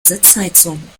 sitzheizung